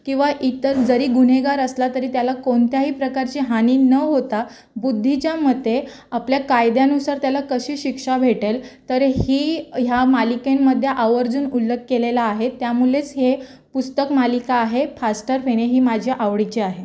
किंवा इतर जरी गुन्हेगार असला तरी त्याला कोणत्याही प्रकारची हानी न होता बुद्धीच्या मते आपल्या कायद्यानुसार त्याला कशी शिक्षा भेटेल तर ही ह्या मालिकेंमध्ये आवर्जून उल्लेख केलेला आहे त्यामुळेच हे पुस्तक मालिका आहे फास्टर फेणे ही माझ्या आवडीची आहे